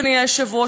אדוני היושב-ראש,